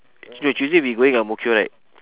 you tuesday we going ang mo kio right